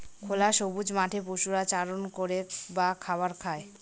খোলা সবুজ মাঠে পশুরা চারণ করে বা খাবার খায়